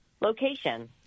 location